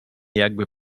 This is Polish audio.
jakby